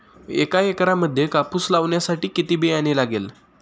एका एकरामध्ये कापूस लावण्यासाठी किती बियाणे लागेल?